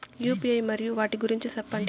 UPI మరియు వాటి గురించి సెప్పండి?